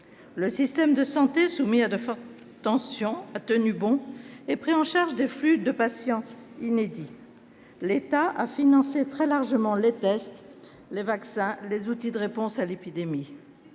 Le système de santé, soumis à de fortes tensions, a tenu bon et pris en charge des flux de patients inédits. L'État a financé très largement les tests, les vaccins et les outils de réponse à l'épidémie.